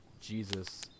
Jesus